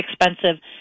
expensive